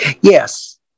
yes